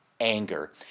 anger